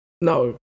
No